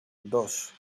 dos